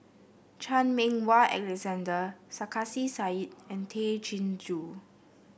Chan Meng Wah Alexander Sarkasi Said and Tay Chin Joo